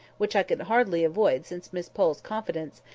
which i could hardly avoid since miss pole's confidence,